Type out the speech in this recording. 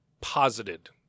posited